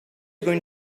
going